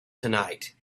tonight